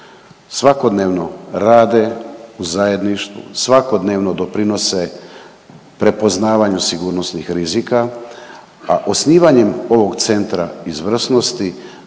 svakodnevno rade u zajedništvu, svakodnevno doprinose prepoznavanju sigurnosnih rizika, a osnivanjem ovog Centra izvrsnosti